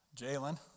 Jalen